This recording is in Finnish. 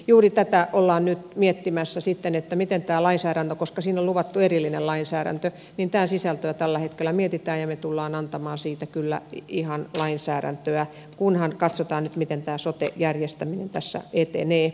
juuri tätä ollaan nyt miettimässä siten että miten tää lainsäädäntö koska siihen on luvattu erillinen lainsäädäntö niin juuri tämän sisältöä tällä hetkellä mietitään ja me tulemme antamaan siitä kyllä ihan lainsäädäntöä kunhan katsotaan miten tämä soten järjestäminen tässä etenee